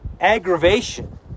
aggravation